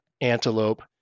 antelope